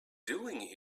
doing